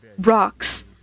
rocks